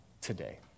today